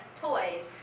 toys